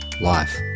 life